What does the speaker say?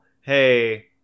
hey